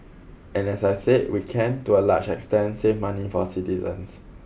and as I said we can to a large extent save money for citizens